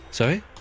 Sorry